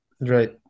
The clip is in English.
Right